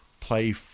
play